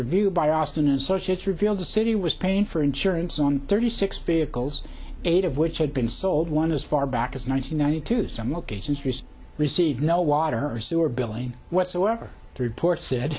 review by austin associates revealed the city was paying for insurance on thirty six vehicles eight of which had been sold one as far back as nine hundred ninety two some locations received no water or sewer billing whatsoever the report said